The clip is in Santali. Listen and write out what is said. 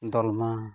ᱫᱚᱞᱢᱟ